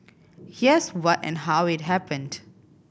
here's what and how it happened